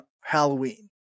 Halloween